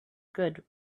good